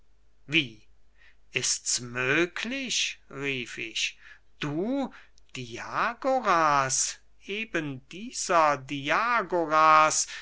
wie ists möglich rief ich du diagoras eben dieser diagoras